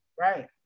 Right